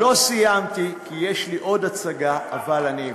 לא סיימתי, כי יש לי עוד הצגה, אבל אוותר.